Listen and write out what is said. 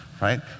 right